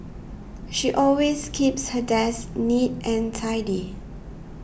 she always keeps her desk neat and tidy